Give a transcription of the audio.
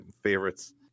favorites